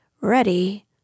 ready